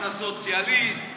אתה סוציאליסט,